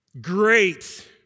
great